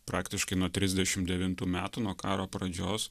praktiškai nuo trisdešim devintų metų nuo karo pradžios